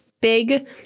big